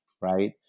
right